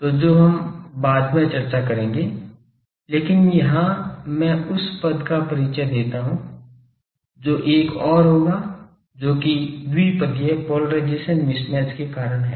तो जो हम बाद में चर्चा करेंगे लेकिन यहां मैं उस पद का परिचय देता हूं जो एक और होगा जो कि द्विपदीय पोलराइजेशन मिसमैच के कारण है